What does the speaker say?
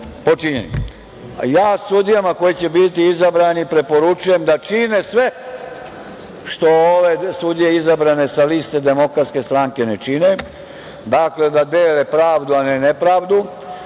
počinjeni? Sudijama koji će biti izabrane preporučujem da čine sve što ove sudije izabrane sa liste Demokratske stranke ne čine - dakle, da dele pravdu, a ne nepravdu,